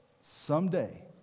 someday